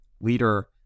leader